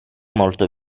molto